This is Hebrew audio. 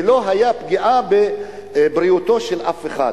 ולא היתה פגיעה בבריאותו של אף אחד.